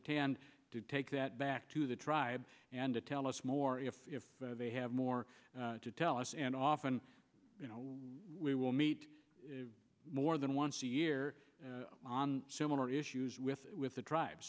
attend take that back to the tribe and to tell us more if they have more to tell us and often you know we will meet more than once a year on similar issues with with the tri